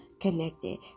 connected